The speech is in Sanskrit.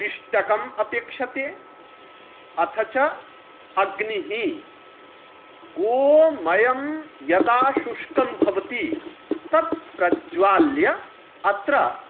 पिष्टकम् अपेक्ष्यते अथ च अग्निः गोमयं यदा शुष्कं भवति तत् प्रज्वाल्य अत्र